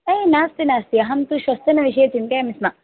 ओ नास्ति नास्ति अहं तु श्वस्तनविषये चिन्तयामि स्म